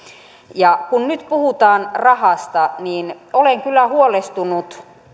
kun nyt puhutaan rahasta niin olen kyllä huolestunut